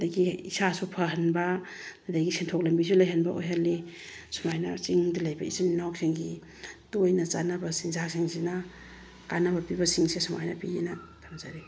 ꯑꯗꯒꯤ ꯏꯁꯥꯁꯨ ꯐꯍꯟꯕ ꯑꯗꯒꯤ ꯁꯦꯟꯊꯣꯛ ꯂꯝꯕꯤꯁꯨ ꯂꯩꯍꯟꯕ ꯑꯣꯏꯍꯜꯂꯤ ꯁꯨꯃꯥꯏꯅ ꯆꯤꯡꯗ ꯂꯩꯕ ꯏꯆꯤꯟ ꯏꯅꯥꯎꯁꯤꯡꯒꯤ ꯇꯣꯏꯅ ꯆꯥꯟꯅꯕ ꯆꯤꯟꯖꯥꯛꯁꯤꯡꯁꯤꯅ ꯀꯥꯟꯅꯕ ꯄꯤꯕ ꯁꯤꯡꯁꯦ ꯁꯨꯃꯥꯏꯅ ꯄꯤꯑꯅ ꯊꯝꯖꯔꯤ